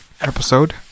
episode